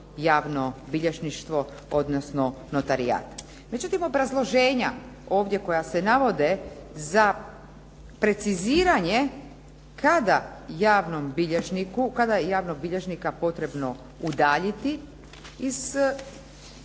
javno bilježništvo odnosno notarijat. Međutim, obrazloženja ovdje koja se navode za preciziranje kada je javnog bilježnika potrebno udaljiti iz